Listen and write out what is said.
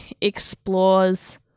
explores